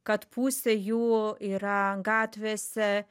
kad pusė jų yra gatvėse